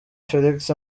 felix